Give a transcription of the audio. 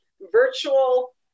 virtual